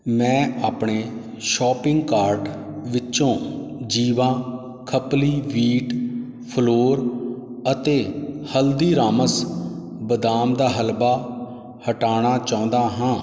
ਮੈਂ ਆਪਣੇ shopping cart ਵਿੱਚੋਂ ਜੀਵਾ ਖਪਲੀ ਵੀਟ ਫਲੋਰ ਅਤੇ ਹਲਦੀਰਾਮਸ ਬਦਾਮ ਦਾ ਹਲਵਾ ਹਟਾਉਣਾ ਚਾਹੁੰਦਾ ਹਾਂ